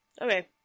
Okay